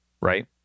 right